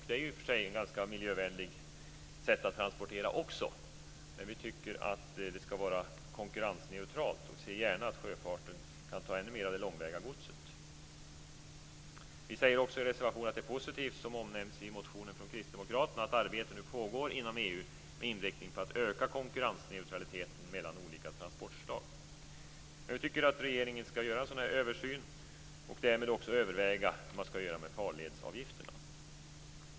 Det är i och för sig också ett ganska miljövänligt sätt att transportera, men vi tycker att det skall vara konkurrensneutralt. Vi ser gärna att sjöfarten kan ta ännu mer av det långväga godset. Vi säger också i reservationen att det är positivt, som omnämns i motionen från kristdemokraterna, "att arbete nu pågår inom EU med inriktning på att öka konkurrensneutraliteten mellan olika transportslag". Vi tycker att regeringen skall göra en sådan här översyn och därmed också överväga hur man skall göra med farledsavgifterna.